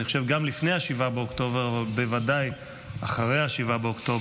אני חושב שגם לפני 7 באוקטובר אבל בוודאי אחרי 7 באוקטובר,